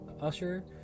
Usher